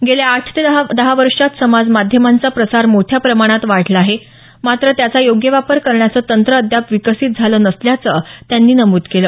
गेल्या आठ ते दहा वर्षात समाज माध्यमांचा प्रसार मोठ्या प्रमाणात वाढला आहे मात्र त्याचा योग्य वापर करण्याचं तंत्र अद्याप विकसित झालं नसल्याचं त्यांनी नमूद केलं